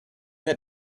had